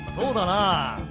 hold on, i